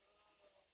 oh